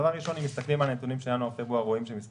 אם מסתכלים על הנתונים של ינואר-פברואר,